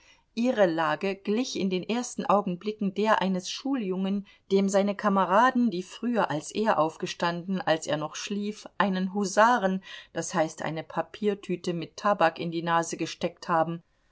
ihre lage glich in den ersten augenblicken der eines schuljungen dem seine kameraden die früher als er aufgestanden als er noch schlief einen husaren d h eine papiertüte mit tabak in die nase gesteckt haben